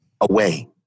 away